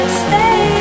stay